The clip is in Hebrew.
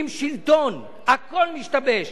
אתה מתפלא על זה שלא נתנו לך להשיב?